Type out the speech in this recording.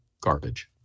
garbage